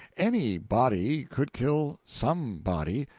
any body could kill some body,